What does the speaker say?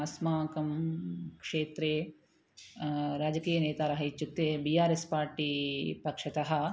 अस्माकं क्षेत्रे राजकीयनेतारः इत्युक्ते बि आर् एस् पार्टी पक्षतः